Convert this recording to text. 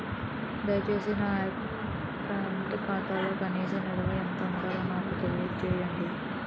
దయచేసి నా కరెంట్ ఖాతాలో కనీస నిల్వ ఎంత ఉందో నాకు తెలియజేయండి